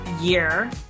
Year